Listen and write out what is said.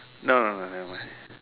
no no no nevermind